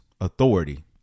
authority